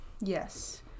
yes